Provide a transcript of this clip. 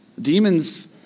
demons